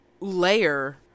layer